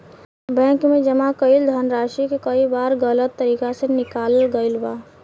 bank में जमा कईल धनराशि के कई बार गलत तरीका से निकालल गईल बा